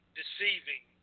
deceiving